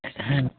ह हाँ